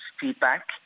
feedback